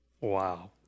Wow